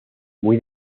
muy